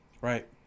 Right